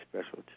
special